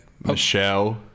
Michelle